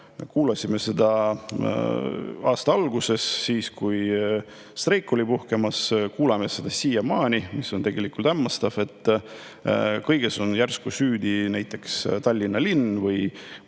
kuulsime aasta alguses, kui streik oli puhkemas, ja kuuleme siiamaani, mis on tegelikult hämmastav, et kõiges on järsku süüdi näiteks Tallinna linn või